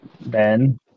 Ben